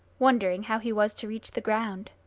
wondering how he was to reach the ground.